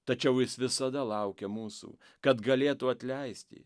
tačiau jis visada laukia mūsų kad galėtų atleisti